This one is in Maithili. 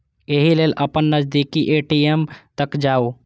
एहि लेल अपन नजदीकी ए.टी.एम तक जाउ